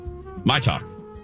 MYTALK